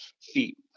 feet